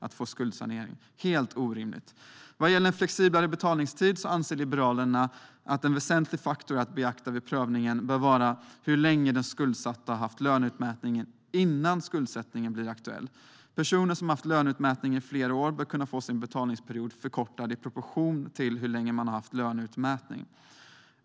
Det är helt orimligt! Vad gäller en flexiblare betalningstid anser Liberalerna att en väsentlig faktor att beakta vid prövningen bör vara hur länge den skuldsatta har haft löneutmätning innan en skuldsanering blir aktuell. Personer som har haft löneutmätning i flera år bör kunna få sin betalningsperiod förkortad i proportion till hur länge man har haft löneutmätning.